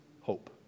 hope